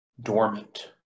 dormant